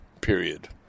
Period